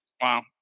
wow